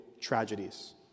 tragedies